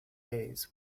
days